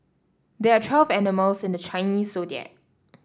there are twelve animals in the Chinese Zodiac